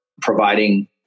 providing